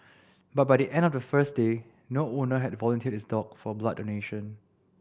but by the end of the first day no owner had volunteered his dog for blood donation